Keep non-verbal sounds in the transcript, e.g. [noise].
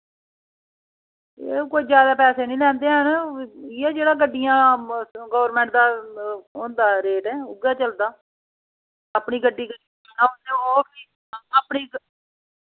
एह् कोई ज्यादा पैसे नी लैंदे हैन इ'य्यै जेह्ड़ा गड्डियां गोरमैंट दा होंदा रेट उऐ चलदा अपनी गड्डी [unintelligible] ओह् बी [unintelligible] अपनी